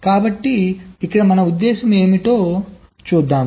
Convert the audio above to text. కాబట్టి మన ఉద్దేశ్యం ఏమిటో చూద్దాం